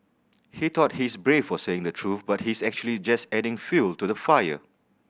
he thought he is brave for saying the truth but he is actually just adding fuel to the fire